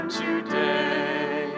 today